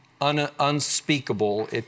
unspeakable